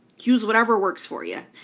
use whatever works for you.